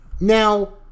Now